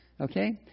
Okay